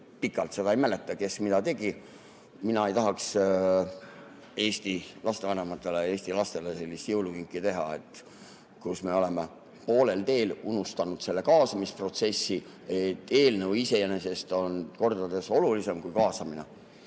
pikalt seda ei mäleta, kes mida tegi. Mina ei tahaks Eesti lastevanematele, Eesti lastele sellist jõulukinki teha, kus me oleme poolel teel unustanud selle kaasamisprotsessi, et eelnõu iseenesest on kordades olulisem kui kaasamine.